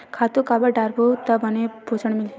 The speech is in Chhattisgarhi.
खातु काबर डारबो त बने पोषण मिलही?